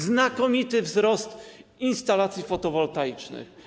Znakomity wzrost ilości instalacji fotowoltaicznych.